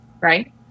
right